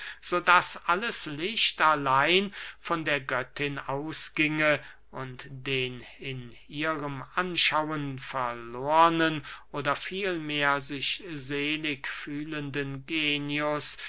daß alles licht allein von der göttin ausginge und den in ihrem anschauen verlornen oder vielmehr sich selig fühlenden genius